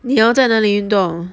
你要在哪里运动